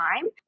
time